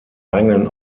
eigenen